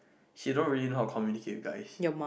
she don't really know how to communicate with guys